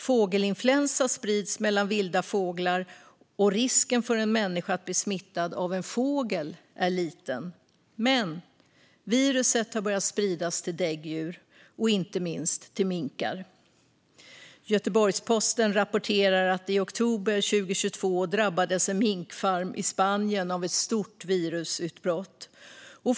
Fågelinfluensa sprids mellan vilda fåglar, och risken för en människa att bli smittad av en fågel är liten. Men viruset har börjat spridas till däggdjur, inte minst till minkar. Göteborgsposten rapporterade att en minkfarm i Spanien i oktober 2022 drabbades av ett stort virusutbrott.